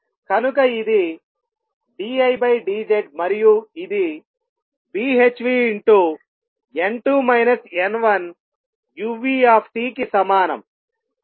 కనుక ఇది dI dZ మరియు ఇది Bhνn2 n1uT కి సమానం